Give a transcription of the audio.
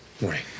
morning